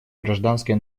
гражданское